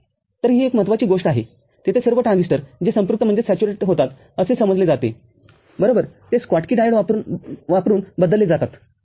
तर ही एक महत्वाची गोष्ट आहे जिथे सर्व ट्रान्झिस्टरजे संपृक्तहोतात असे समजले जाते बरोबर ते स्कॉटकी डायोड वापरुन बदलले जातात ठीक आहे